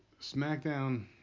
SmackDown